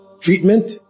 treatment